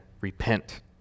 repent